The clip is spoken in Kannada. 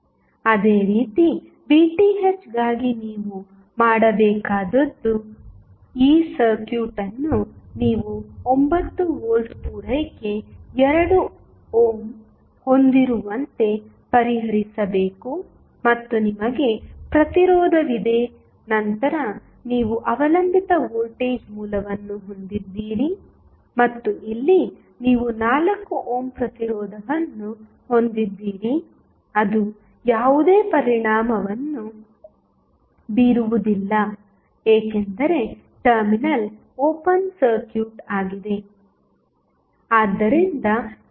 ಅದೇ ರೀತಿ Vthಗಾಗಿ ನೀವು ಮಾಡಬೇಕಾದುದು ಈ ಸರ್ಕ್ಯೂಟ್ ಅನ್ನು ನೀವು 9 ವೋಲ್ಟ್ ಪೂರೈಕೆ 2 ಓಮ್ ಹೊಂದಿರುವಂತೆ ಪರಿಹರಿಸಬೇಕು ಮತ್ತು ನಿಮಗೆ ಪ್ರತಿರೋಧವಿದೆ ನಂತರ ನೀವು ಅವಲಂಬಿತ ವೋಲ್ಟೇಜ್ ಮೂಲವನ್ನು ಹೊಂದಿದ್ದೀರಿ ಮತ್ತು ಇಲ್ಲಿ ನೀವು 4 ಓಮ್ ಪ್ರತಿರೋಧವನ್ನು ಹೊಂದಿದ್ದೀರಿ ಅದು ಯಾವುದೇ ಪರಿಣಾಮವನ್ನು ಬೀರುವುದಿಲ್ಲ ಏಕೆಂದರೆ ಟರ್ಮಿನಲ್ ಓಪನ್ ಸರ್ಕ್ಯೂಟ್ ಆಗಿದೆ